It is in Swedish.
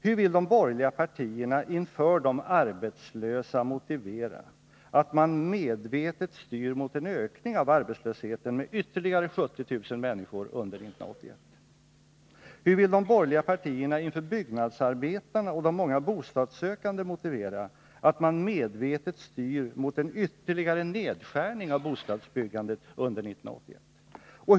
Hur vill de borgerliga partierna inför de arbetslösa motivera att man medvetet styr mot en ökning av arbetslösheten med ytterligare 70 000 människor under 1981? Hur vill de borgerliga partierna inför byggnadsarbetarna och de många bostadssökande motivera att man medvetet styr mot en ytterligare nedskärning av bostadsbyggandet under 1981?